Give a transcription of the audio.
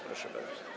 Proszę bardzo.